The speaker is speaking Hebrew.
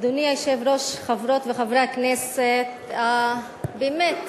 אדוני היושב-ראש, חברות וחברי הכנסת, באמת,